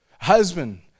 Husband